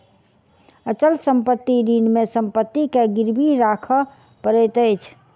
अचल संपत्ति ऋण मे संपत्ति के गिरवी राखअ पड़ैत अछि